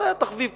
זה היה תחביב כזה.